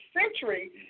century